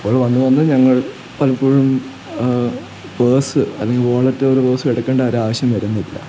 ഇപ്പോൾ വന്ന് വന്ന് ഞങ്ങൾ പലപ്പോഴും പേസ് അല്ലെങ്കിൽ വോളെറ്റർ പേസ് എടുക്കേണ്ട ഒരാവശ്യം വരുന്നില്ല